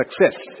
success